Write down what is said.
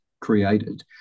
created